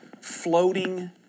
floating